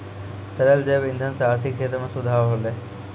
तरल जैव इंधन सँ आर्थिक क्षेत्र में सुधार होलै